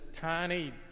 tiny